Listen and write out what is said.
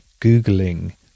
Googling